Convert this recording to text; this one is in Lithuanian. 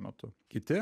metu kiti